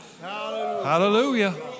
Hallelujah